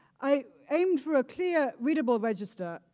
i aimed for a clear readable register,